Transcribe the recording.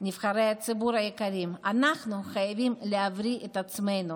נבחרי הציבור היקרים: אנחנו חייבים להבריא את עצמנו.